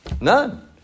None